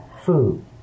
food